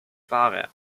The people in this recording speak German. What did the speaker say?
pfarrer